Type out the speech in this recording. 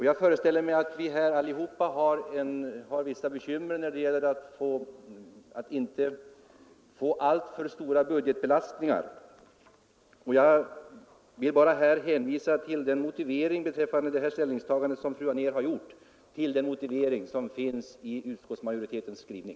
Jag föreställer mig att vi alla är mycket angelägna om att inte få alltför stora budgetbelastningar, och jag vill här beträffande fru Anérs ställningstagande bara hänvisa till motiveringen i utskottsmajoritetens skrivning.